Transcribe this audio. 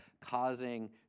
causing